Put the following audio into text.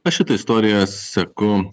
aš šitą istoriją seku